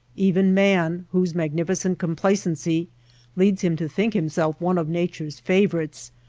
even man, whose magnificent complacency leads him to think himself one of nature s favorites,